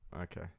okay